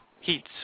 heats